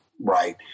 right